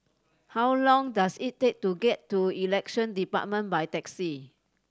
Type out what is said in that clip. how long does it take to get to Elections Department by taxi